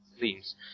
themes